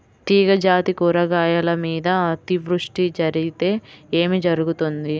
తీగజాతి కూరగాయల మీద అతివృష్టి జరిగితే ఏమి జరుగుతుంది?